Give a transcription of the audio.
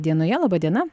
dienoje laba diena